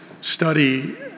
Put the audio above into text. study